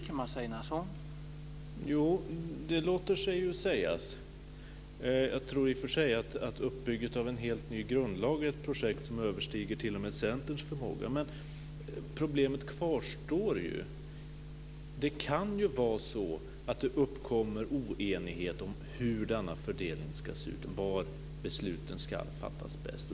Herr talman! Det låter sig ju sägas. Jag tror i och för sig att uppbyggnaden av en helt ny grundlag är ett projekt som t.o.m. överstiger Centerns förmåga. Men problemet kvarstår ju. Det kan ju vara så att det uppkommer oenighet om hur denna fördelning ska se ut och var besluten bäst ska fattas.